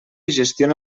gestiona